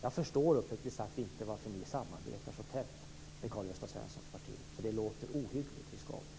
Jag förstår uppriktigt sagt inte varför ni samarbetar så tätt med Karl-Gösta Svensons parti. Det låter ohyggligt riskabelt.